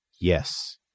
Yes